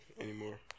anymore